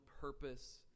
purpose